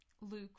Luke